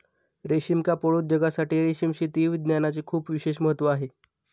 रेशीम कापड उद्योगासाठी रेशीम शेती विज्ञानाचे खूप विशेष महत्त्व आहे